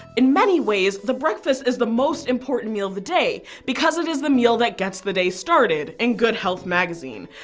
many ways, the breakfast is the most important meal of the day, because it is the meal that gets the day started, in good health magazine.